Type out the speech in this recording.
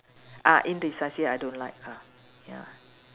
ah indecisive I don't like ah ya